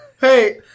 Hey